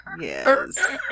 Yes